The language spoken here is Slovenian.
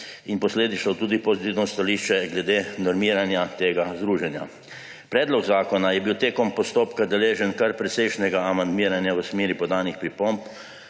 in posledično tudi pozitivno stališče glede normiranja tega združenja. Predlog zakona je bil tekom postopka deležen kar precejšnjega amandmiranja v smeri podanih pripomb,